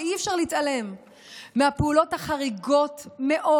ואי-אפשר להתעלם מהפעולות החריגות מאוד,